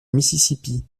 mississippi